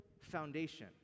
foundation